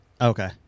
Okay